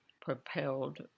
propelled